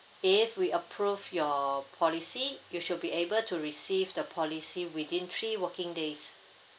if we approve your policy you should be able to receive the policy within three working days